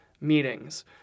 meetings